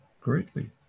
greatly